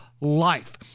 life